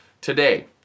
today